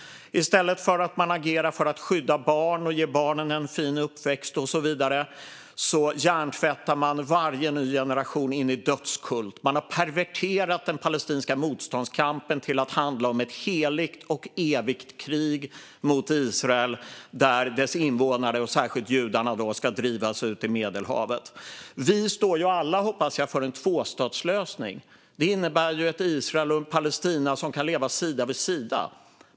I stället för att man agerar för att skydda barn och ge barnen en fin uppväxt och så vidare hjärntvättar man varje ny generation in i en dödskult. Man har perverterat den palestinska motståndskampen till att handla om ett heligt och evigt krig mot Israel där dess invånare, och särskilt judarna, ska drivas ut i Medelhavet. Vi står alla, hoppas jag, för en tvåstatslösning. Det innebär ett Israel och ett Palestina som kan leva sida vid sida.